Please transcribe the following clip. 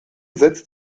setzt